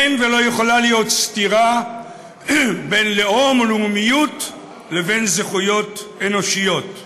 אין ולא יכולה להיות סתירה בין לאום ולאומיות לבין זכויות אנושיות.